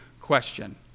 question